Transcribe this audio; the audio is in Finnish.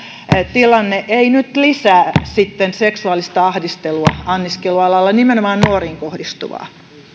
tilanne ei nyt sitten lisää seksuaalista ahdistelua anniskelualalla nimenomaan nuoriin kohdistuvaa